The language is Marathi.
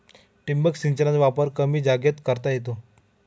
ठिबक सिंचनाचा वापर कमी जागेत करता येतो